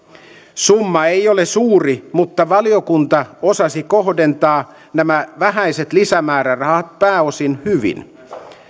summa ei ole suuri mutta valiokunta osasi kohdentaa nämä vähäiset lisämäärärahat pääosin hyvin